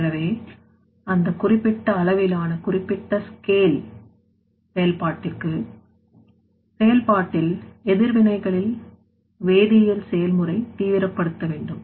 எனவே அந்த குறிப்பிட்ட அளவிலான குறிப்பிட்ட ஸ்கேல் செயல்பாட்டிற்கு செயல்பாட்டில் எதிர்வினைகளில் வேதியியல் செயல்முறை தீவிரப்படுத்த வேண்டும்